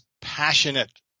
passionate